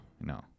No